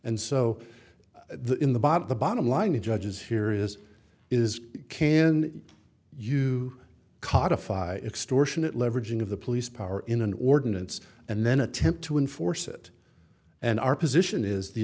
and so the in the bottom the bottom line the judges here is is can you codified extortionate leveraging of the police power in an ordinance and then attempt to enforce it and our position is the